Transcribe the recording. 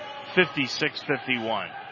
56-51